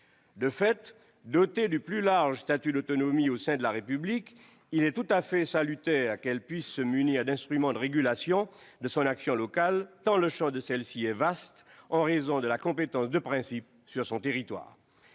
De fait, dotée du plus large statut d'autonomie au sein de la République, il est tout à fait salutaire qu'elle puisse se munir d'instruments de régulation de son action locale tant le champ de celle-ci est vaste, en raison de la compétence de principe sur son territoire.